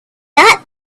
that